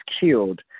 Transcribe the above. killed